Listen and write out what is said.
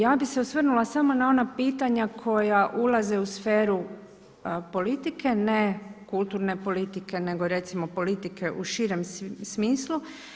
Ja bih se osvrnula samo na ona pitanja koja ulaze u sferu politike, ne kulturne politike, nego recimo politike u širem smislu.